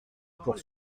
pour